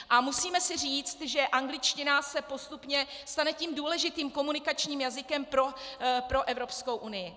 A musíme si říci, že angličtina se postupně stane tím důležitým komunikačním jazykem pro Evropskou unii.